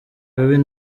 biha